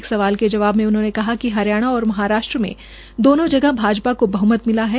एक सवाल के जवाब में उन्होंने कहा कि हरियाणा और महाराष्ट्र में दोनों जगह भाजपा को बह्मत मिला है